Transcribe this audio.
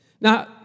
Now